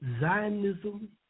Zionism